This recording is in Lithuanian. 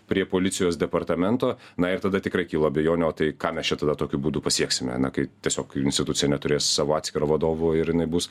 prie policijos departamento na ir tada tikrai kilo abejonių o tai ką mes čia tada tokiu būdu pasieksime na kai tiesiog institucija neturės savo atskiro vadovo ir jinai bus